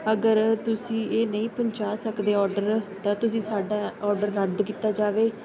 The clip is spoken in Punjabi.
ਅਗਰ ਤੁਸੀਂ ਇਹ ਨਹੀਂ ਪਹੁੰਚਾ ਸਕਦੇ ਔਡਰ ਤਾਂ ਤੁਸੀਂ ਸਾਡਾ ਔਡਰ ਰੱਦ ਕੀਤਾ ਜਾਵੇ